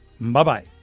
Bye-bye